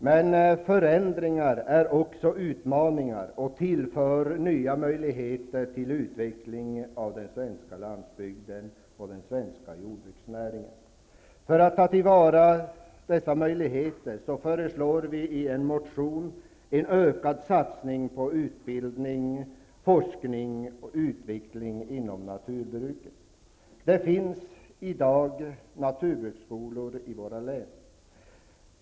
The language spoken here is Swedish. Men förändringar är också utmaningar och tillför nya möjligheter till utveckling av den svenska landsbygden och den svenska jordbruksnäringen. För att ta till vara dessa möjligheter föreslår vi i en motion en ökad satsning på utbildning, forskning och utveckling inom naturbruket. Det finns i dag naturbruksskolor i våra län.